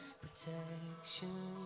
protection